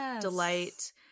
delight